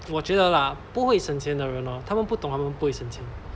我觉得啦不会省钱的人哦他们不懂他们不会省钱